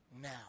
now